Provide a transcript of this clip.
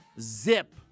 Zip